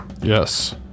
Yes